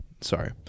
Sorry